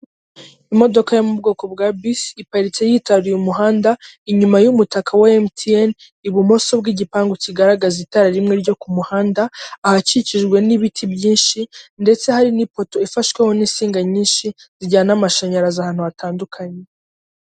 Imodoka yo mu bwoko bwa bisi iparitse yitaruriye umuhanda inyuma y,umutaka wa mtn ibumoso bw'igipangu kigaragaza itara rimwe ryo ku muhanda ahakikijwe n'ibiti byinshi ndetse hari n'ipoto ifashwaweho n'insinga nyinshi zijyana amashanyarazi ahantu hatandukanye.